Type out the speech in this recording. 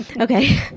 okay